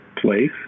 place